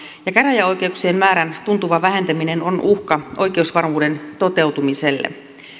ja käräjäoikeuksien määrän tuntuva vähentäminen on uhka oikeusvarmuuden toteutumiselle